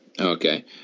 Okay